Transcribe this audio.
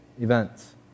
events